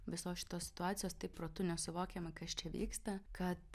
visos šitos situacijos tai protu nesuvokiama kas čia vyksta kad